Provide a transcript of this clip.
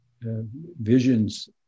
visions